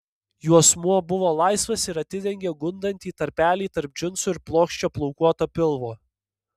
juosmuo buvo laisvas ir atidengė gundantį tarpelį tarp džinsų ir plokščio plaukuoto pilvo